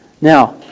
Now